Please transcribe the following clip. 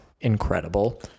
incredible